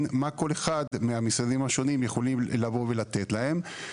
מה כל אחד מהמשרדים השונים יכולים לתת להם.